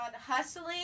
Hustling